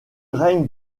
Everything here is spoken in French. règne